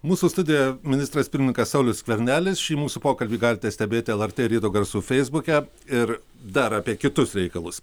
mūsų studijoje ministras pirmininkas saulius skvernelis šį mūsų pokalbį galite stebėti lrt ryto garsų feisbuke ir dar apie kitus reikalus